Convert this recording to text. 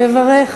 לברך